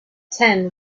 ten